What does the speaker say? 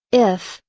if,